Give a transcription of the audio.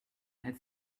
had